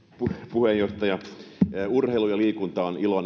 puheenjohtaja urheilu ja liikunta on iloinen